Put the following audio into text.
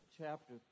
chapter